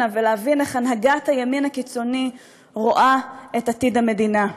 ולהבין איך הנהגת הימין הקיצוני רואה את עתיד המדינה.